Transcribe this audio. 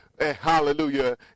Hallelujah